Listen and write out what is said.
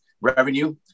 revenue